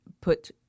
put